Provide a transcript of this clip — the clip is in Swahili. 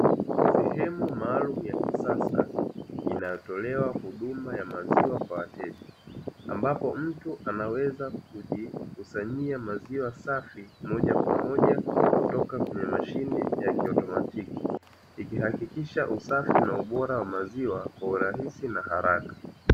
Sehemu maalumu ya kisasa, inayotolewa huduma ya maziwa kwa wateja, ambapo mtu anaweza kujikusanyia maziwa safi moja kwa moja kutoka kwenye mashine ya kiautomatiki. Ikihakikisha usafi na ubora wa maziwa kwa urahisi na haraka.